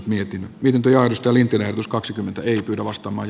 mietin miten työ ostoliikenne plus kaksikymmentä ei pidä vastamaan